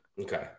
Okay